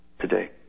today